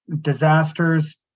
disasters